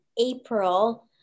April